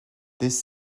this